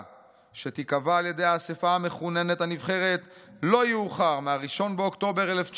שתיקבע על ידי האספה המכוננת הנבחרת לא יאוחר מה-1 באוקטובר 1948,